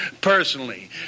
personally